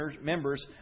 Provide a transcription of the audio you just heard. members